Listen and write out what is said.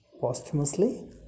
posthumously